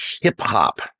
hip-hop